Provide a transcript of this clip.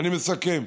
אני מסכם.